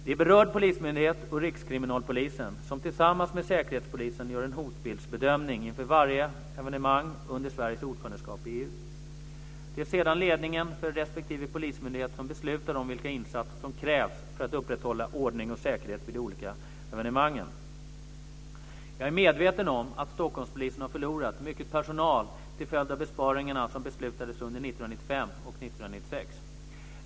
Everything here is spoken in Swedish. Det är berörd polismyndighet och Rikskriminalpolisen som tillsammans med Säkerhetspolisen gör en hotbildsbedömning inför varje evenemang under Sveriges ordförandeskap i EU. Det är sedan ledningen för respektive polismyndighet som beslutar om vilka insatser som krävs för att upprätthålla ordning och säkerhet vid de olika evenemangen. Jag är medveten om att Stockholmspolisen har förlorat mycket personal till följd av besparingarna som beslutades under 1995 och 1996.